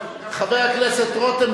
חבר הכנסת רותם,